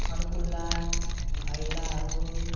खरकुँडा घैलाहरू